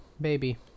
Baby